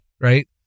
right